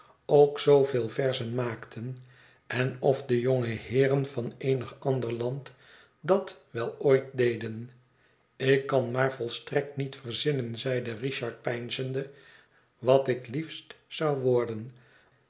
ook zooveel verzon maakten en of de jonge heeren van eenig ander land dat wel ooit deden ik kan maar volstrekt niet verzinnen zeide richard peinzende wat ik liefst zou worden